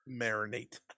Marinate